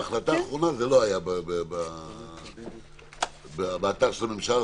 בהחלטה האחרונה זה לא היה באתר של הממשלה,